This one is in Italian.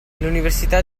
l’università